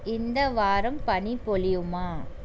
இந்த வாரம் பனி பொழியுமா